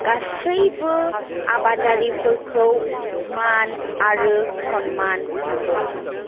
गासैबो आबादारिफोरखौ मान आरो सनमान होनांगौ